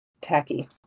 tacky